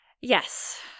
yes